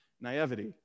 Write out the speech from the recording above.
Naivety